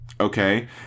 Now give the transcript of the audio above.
Okay